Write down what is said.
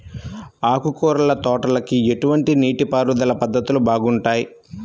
ఆకుకూరల తోటలకి ఎటువంటి నీటిపారుదల పద్ధతులు బాగుంటాయ్?